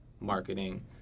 marketing